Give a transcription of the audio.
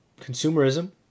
Consumerism